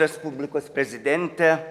respublikos prezidentė